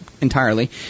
entirely